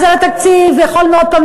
אז על התקציב יכולתי עוד הפעם